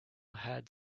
had